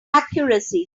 accuracy